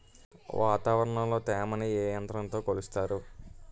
వాతావరణంలో తేమని ఏ యంత్రంతో కొలుస్తారు?